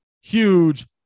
huge